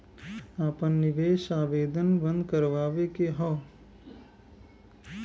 आपन निवेश आवेदन बन्द करावे के हौ?